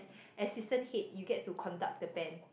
assistant head you get to conduct the band